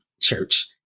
church